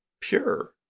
pure